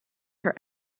her